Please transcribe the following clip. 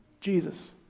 Jesus